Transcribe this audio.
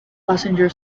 passenger